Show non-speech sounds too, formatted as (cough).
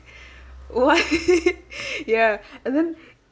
(laughs) ya and then